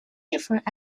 different